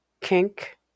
kink